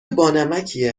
بانمکیه